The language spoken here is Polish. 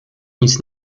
nic